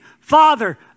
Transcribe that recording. Father